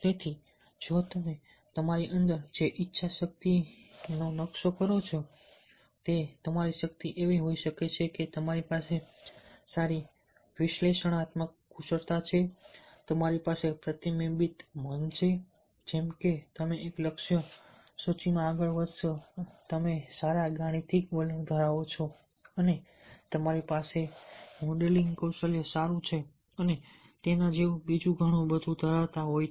તેથી જો તમે તમારી અંદર જે ઈચ્છા શક્તિનો નકશો કરો છો તો તમારી શક્તિ એવી હોઈ શકે છે તમારી પાસે સારી વિશ્લેષણાત્મક કુશળતા છે તમારી પાસે પ્રતિબિંબિત મન છે જેમ કે તમે એક લક્ષ્ય સૂચિમાં આગળ વધશો તમે સારા ગાણિતિક વલણ ધરાવો છો અને તમારી પાસે મોડેલિંગ કૌશલ્ય સારી છે અને તેના જેવું બીજું ઘણું બધું ધરાવતા હોય છે